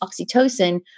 oxytocin